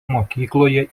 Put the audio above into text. mokykloje